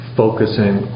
focusing